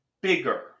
bigger